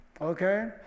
okay